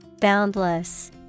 Boundless